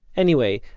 anyway,